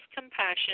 compassion